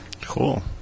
Cool